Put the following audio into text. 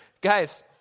guys